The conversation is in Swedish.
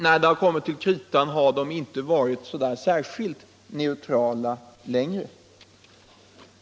När det har kommit till kritan har de inte varit särskilt neutrala.